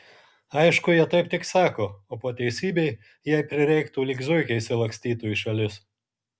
aišku jie taip tik sako o po teisybei jei prireiktų lyg zuikiai išsilakstytų į šalis